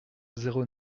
zéro